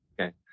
Okay